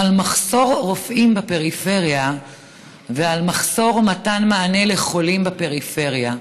על מחסור ברופאים בפריפריה ועל מחסור במענה לחולים בפריפריה.